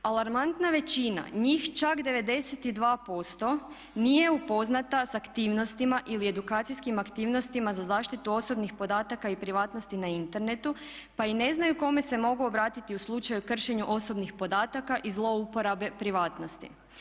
Alarmantna većina, njih čak 92% nije upoznata sa aktivnostima ili edukacijskim aktivnostima za zaštitu osobnih podataka i privatnosti na internetu pa i ne znaju kome se mogu obratiti u slučaju kršenja osobnih podataka i zlouporabe privatnosti.